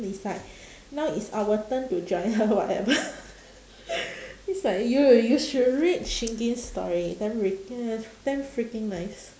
is like now is our turn to join her whatever it's like you you should read shingen's story damn freak~ uh damn freaking nice